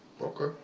okay